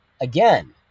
Again